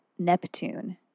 Neptune